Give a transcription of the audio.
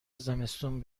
زمستون